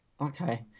Okay